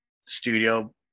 studio